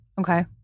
Okay